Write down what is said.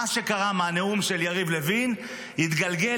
מה שקרה מהנאום של יריב לוין התגלגל,